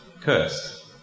cursed